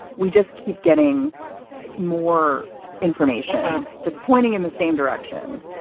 we just keep getting more information that's pointing in the same direction,